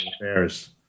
affairs